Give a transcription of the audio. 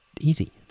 easy